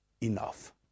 enough